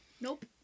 Nope